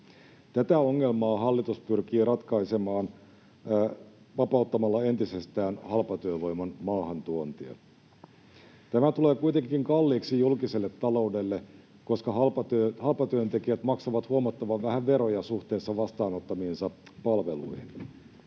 Tätä ongelmaa hallitus pyrkii ratkaisemaan vapauttamalla entisestään halpatyövoiman maahantuontia. Tämä tulee kuitenkin kalliiksi julkiselle taloudelle, koska halpatyöntekijät maksavat huomattavan vähän veroja suhteessa vastaanottamiinsa palveluihin.